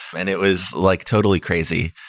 and it was like totally crazy.